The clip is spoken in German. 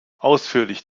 ausführlich